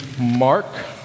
Mark